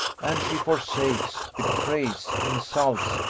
and she forsakes, betrays, insults,